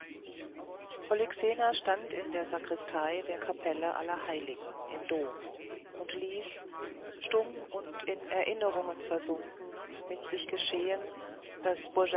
polyxena stand in der sakristei der kapelle allerheiligen im dom und ließ stumm und in erinnerungen versunken mit sich geschehen daß